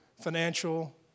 financial